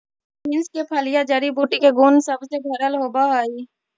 beans के फलियां जड़ी बूटी के गुण सब से भरल होब हई